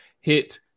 hit